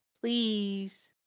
Please